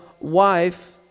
wife